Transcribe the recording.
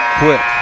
quick